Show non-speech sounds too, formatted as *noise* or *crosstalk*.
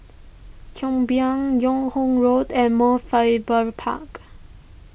*unintelligible* Yung Ho Road and Mount Faber Park